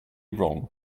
wrong